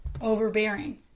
overbearing